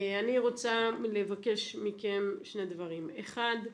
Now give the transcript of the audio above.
אני רוצה לבקש מכם שני דברים: אחד,